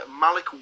Malik